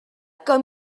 que